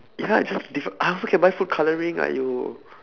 ya it's just different I also can buy food colouring !aiyo!